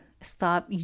stop